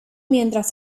mientras